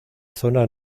zona